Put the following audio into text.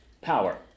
power